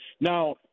Now